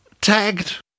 tagged